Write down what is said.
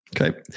Okay